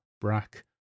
Brack